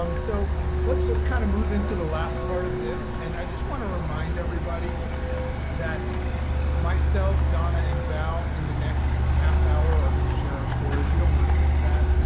um so let's just kind of move into the last part of this. and i just want to remind everybody that myself, donna and val, in the next half hour are going to share our stories. you don't want to miss that.